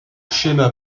schéma